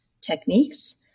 techniques